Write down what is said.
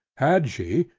had she,